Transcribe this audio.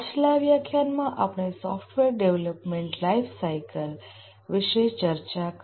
પાછલા વ્યાખ્યાનમાં આપણે સોફ્ટવેર ડેવલપમેન્ટ લાઈફસાઈકલ વિશે ચર્ચા કરી